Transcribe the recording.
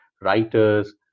writers